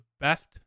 best